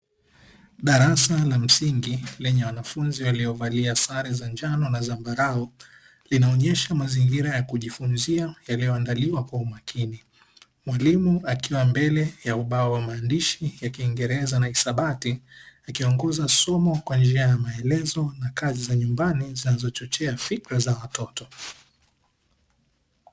Darasa la msingi lenye wanafunzi waliovalia sare za njano na zambarau, linaonesha mazingira ya kujifunzia yaliyoandaliwa kwa umakini. Mwalimu akiwa mbele ya ubao wa maandishi ya kiingereza na hisabati akiongoza somo kwa njia ya maelezo na kazi za nyumbani, zinazochochea fikra za watoto.